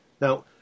Now